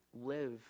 live